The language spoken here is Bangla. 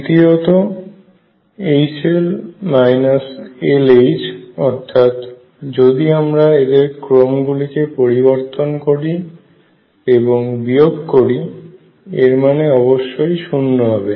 দ্বিতীয়ত HL LH অর্থাৎ যদি আমরা এদের ক্রম গুলিকে পরিবর্তন করি এবং বিয়োগ করি এর মানে অবশ্যই শূন্য হবে